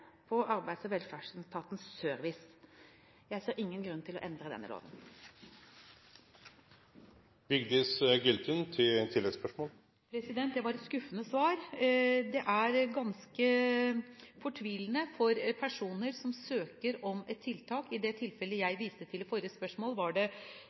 på Arbeids- og velferdsetatens service. Jeg ser ingen grunn til å endre denne loven. Det var et skuffende svar. Det er ganske fortvilende for personer som søker om et tiltak. I det tilfellet jeg viste til i forrige spørsmål, var det